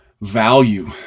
value